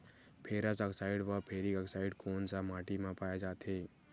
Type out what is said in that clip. Ferrous oxide व ferric oxide कोन सा माटी म पाय जाथे?